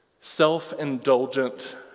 self-indulgent